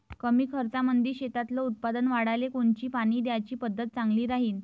कमी खर्चामंदी शेतातलं उत्पादन वाढाले कोनची पानी द्याची पद्धत चांगली राहीन?